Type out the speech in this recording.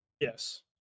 Yes